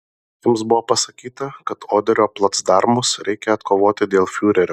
jiems buvo pasakyta kad oderio placdarmus reikia atkovoti dėl fiurerio